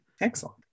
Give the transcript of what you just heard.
Excellent